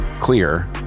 clear